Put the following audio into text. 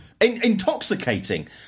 Intoxicating